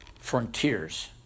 frontiers